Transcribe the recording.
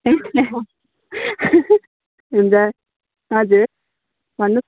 हुन्छ हजुर भन्नुहोस्